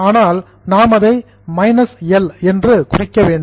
ஆனால் நாம் அதை மைனஸ் எல் என்று குறிக்க வேண்டும்